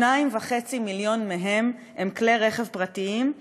2.5 מיליון הם כלי רכב פרטיים,